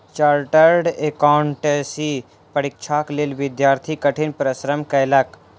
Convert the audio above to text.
chartered accountancy परीक्षाक लेल विद्यार्थी कठिन परिश्रम कएलक